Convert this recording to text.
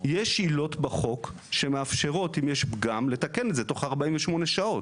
יש עילות בחוק שמאפשרות אם יש פגם לתקן את זה תוך 48 שעות.